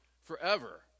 forever